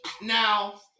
Now